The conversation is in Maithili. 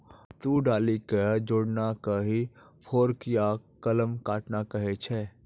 दू डाली कॅ जोड़ना कॅ ही फोर्क या कलम काटना कहै छ